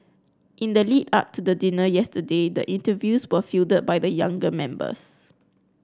in the lead up to the dinner yesterday the interviews were fielded by the younger members